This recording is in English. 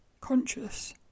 conscious